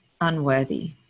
unworthy